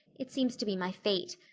it seems to be my fate.